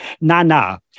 Nana